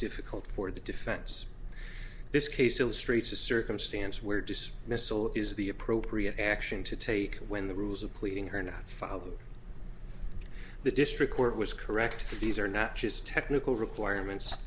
difficult for the defense this case illustrates a circumstance where just missile is the appropriate action to take when the rules of pleading her not follow the district court was correct these are not just technical requirements